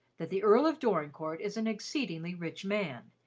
that the earl of dorincourt is an exceedingly rich man.